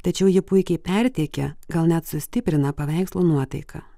tačiau jį puikiai perteikia gal net sustiprina paveikslo nuotaiką